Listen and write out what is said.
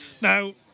now